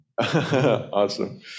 Awesome